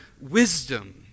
wisdom